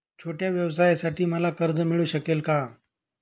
छोट्या व्यवसायासाठी मला कर्ज मिळू शकेल का?